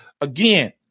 Again